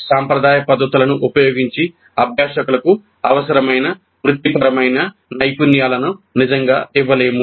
సాంప్రదాయిక పద్ధతులను ఉపయోగించి అభ్యాసకులకు అవసరమైన వృత్తిపరమైన నైపుణ్యాలను నిజంగా ఇవ్వలేము